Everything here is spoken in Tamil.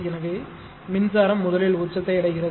எனவே மின்சாரம் முதலில் உச்சத்தை அடைகிறது